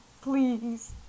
Please